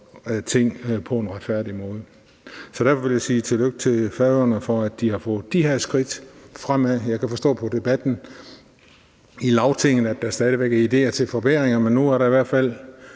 ting på en retfærdig måde. Så derfor vil jeg sige tillykke til Færøerne med, at de har fået de her skridt fremad. Jeg kan forstå på debatten i Lagtinget, at der stadig væk er ideer til forbedringer, men nu er der i hvert fald